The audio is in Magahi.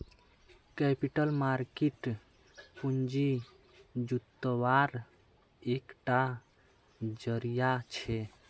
कैपिटल मार्किट पूँजी जुत्वार एक टा ज़रिया छे